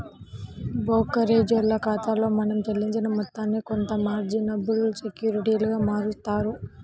బోకరేజోల్ల ఖాతాలో మనం చెల్లించిన మొత్తాన్ని కొంత మార్జినబుల్ సెక్యూరిటీలుగా మారుత్తారు